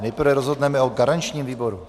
Nejprve rozhodneme o garančním výboru.